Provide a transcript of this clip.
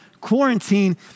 quarantine